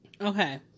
Okay